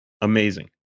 Amazing